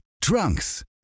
Trunks